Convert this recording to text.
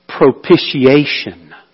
propitiation